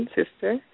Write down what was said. sister